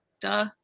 Duh